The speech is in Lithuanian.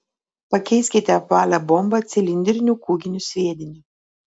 pakeiskite apvalią bombą cilindriniu kūginiu sviediniu